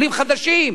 עולים חדשים,